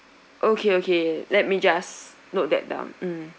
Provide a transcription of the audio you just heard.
okay okay let me just note that down mm